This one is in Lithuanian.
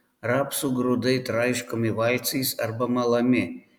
rapsų grūdai traiškomi valcais arba malami